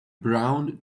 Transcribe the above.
brown